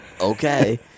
Okay